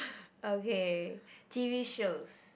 okay t_v shows